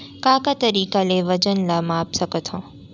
का का तरीक़ा ले वजन ला माप सकथो?